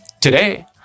today